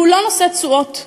הוא לא נושא תשואות,